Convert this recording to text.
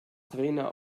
trainer